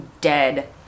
dead